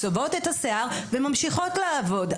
צובעות את השיער וממשיכות לעבוד.